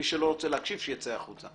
מי שלא רוצה להקשיב, שיצא החוצה.